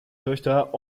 töchter